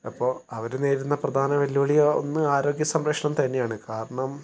അപ്പോൾ അവർ നേരിടുന്ന പ്രധാന വെല്ലുവിളി ഒന്ന് ആരോഗ്യ സംരക്ഷണം തന്നെയാണ് കാരണം